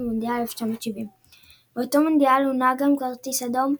במונדיאל 1970. באותו מונדיאל הונהג גם הכרטיס האדום,